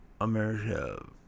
America